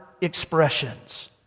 expressions